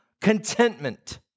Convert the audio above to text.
contentment